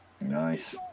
Nice